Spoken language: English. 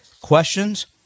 questions